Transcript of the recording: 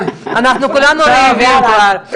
אנחנו כולנו רעבים כבר.